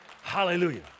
Hallelujah